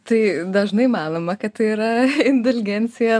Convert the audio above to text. tai dažnai manoma kad tai yra indulgencija